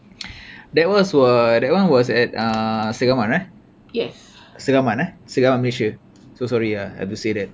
that was wha~ that one was at uh segamat eh segamat eh segamat malaysia so sorry ah I have to say that